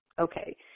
okay –